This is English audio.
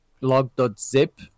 Log.zip